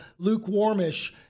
lukewarmish